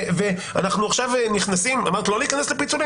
ואנחנו עכשיו נכנסים אמרת לא להיכנס לפיצולים